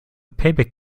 payback